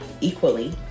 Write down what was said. equally